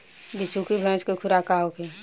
बिसुखी भैंस के खुराक का होखे?